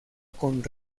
con